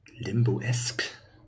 Limbo-esque